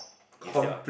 instead of